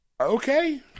Okay